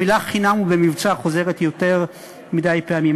המילים "חינם" ו"במבצע" חוזרות יותר מדי פעמים.